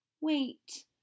Wait